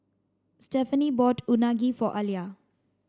Stephaine bought Unagi for Alia